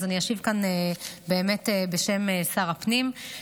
אני אשיב כאן בשם שר הפנים.